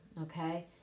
okay